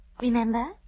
Remember